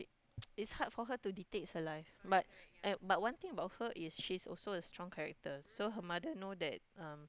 it's hard for her to dictates her life but at but one thing about her is she's also a strong character so her mother know that um